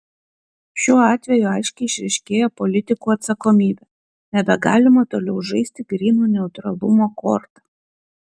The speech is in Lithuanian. šiuo atveju aiškiai išryškėja politikų atsakomybė nebegalima toliau žaisti gryno neutralumo korta